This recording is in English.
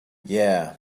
yeah